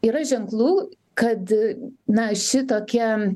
yra ženklų kad na šitokia